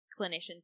clinicians